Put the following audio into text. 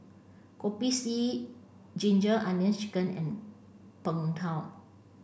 Kopi C Ginger Onions Chicken and Png Tao